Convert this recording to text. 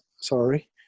sorry